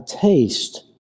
taste